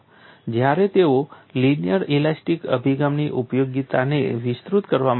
જ્યારે તેઓ linear elastic અભિગમની ઉપયોગિતાને વિસ્તૃત કરવા માંગતા હતા